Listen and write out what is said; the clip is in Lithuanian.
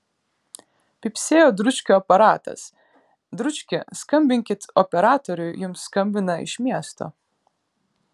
pypsėjo dručkio aparatas dručki skambinkit operatoriui jums skambina iš miesto